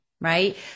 right